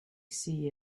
see